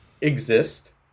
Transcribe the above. exist